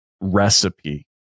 recipe